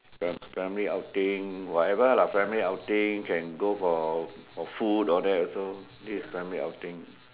fam family outing whatever lah family outing can go for for food all that also this is family outing